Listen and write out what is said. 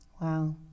Wow